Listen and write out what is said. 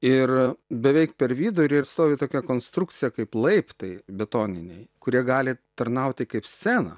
ir beveik per vidurį ir stovi tokia konstrukcija kaip laiptai betoniniai kurie gali tarnauti kaip scena